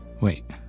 Wait